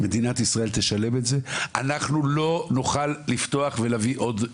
אנחנו לא נוכל לפתוח ולהביא עוד.